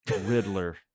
Riddler